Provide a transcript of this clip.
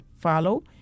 follow